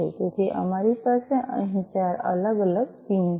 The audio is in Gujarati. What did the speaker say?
તેથી અમારી પાસે અહીં ચાર અલગ અલગ પિન છે